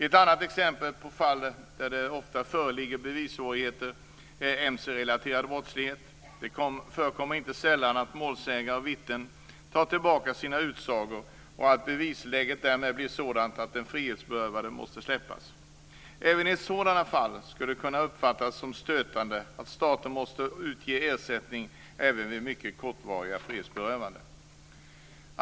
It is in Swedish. Ett annat exempel på fall där det ofta föreligger bevissvårigheter är mc-relaterad brottslighet. Det förekommer inte sällan att målsäganden och vittnen tar tillbaka sina utsagor och att bevisläget därmed blir sådant att den frihetsberövade måste släppas. Även i ett sådant fall skulle det kunna uppfattas som stötande att staten måste utge ersättning även vid mycket kortvariga frihetsberövanden.